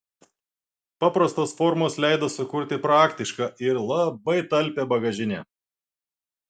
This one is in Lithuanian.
paprastos formos leido sukurti praktišką ir labai talpią bagažinę